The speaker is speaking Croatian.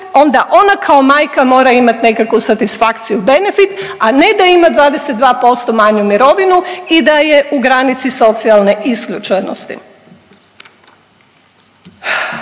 onda ona kao majka mora imat nekakvu satisfakciju benefit, a ne da ima 22% manju mirovinu i da je u granici socijalne isključenosti.